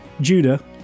Judah